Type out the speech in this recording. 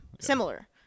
Similar